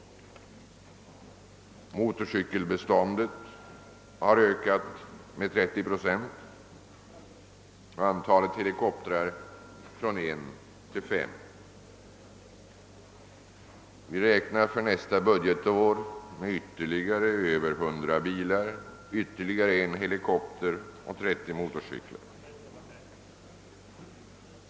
Vidare har motorcykelbeståndet ökat med 30 procent och antalet helikoptrar från en till fem. För nästa budgetår räknar vi med ytterligare drygt 100 bilar, en helikopter och 30 motorcyklar.